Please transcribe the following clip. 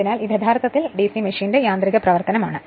അതിനാൽ ഇത് യഥാർത്ഥത്തിൽ ഡിസി മെഷീന്റെ യന്ത്രികപ്രവർത്തനമാണ്